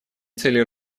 целей